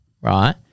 right